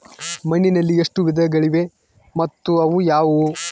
ಮಣ್ಣಿನಲ್ಲಿ ಎಷ್ಟು ವಿಧಗಳಿವೆ ಮತ್ತು ಅವು ಯಾವುವು?